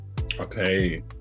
Okay